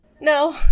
No